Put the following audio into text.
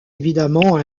évidemment